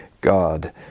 God